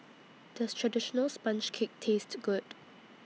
Does Traditional Sponge Cake Taste Good